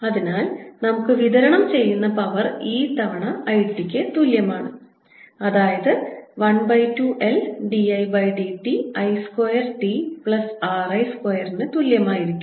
അതിനാൽ നമുക്ക് വിതരണം ചെയ്യുന്ന പവർ E തവണ I t ക്ക് തുല്യമാണ് അതായത് ഇത് 12L dd t I square t plus R I സ്ക്വയറിന് തുല്യമായിരിക്കും